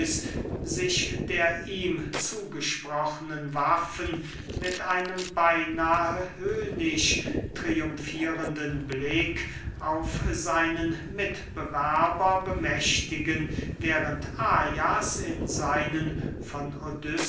sich der ihm zugesprochnen waffen mit einem beynahe höhnisch triumfierenden blick auf seinen mitbewerber bemächtigen während ajas in seinen von